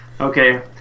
Okay